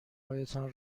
هایتان